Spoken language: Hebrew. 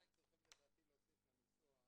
אני סומכת על שיקול דעתו של בית המשפט.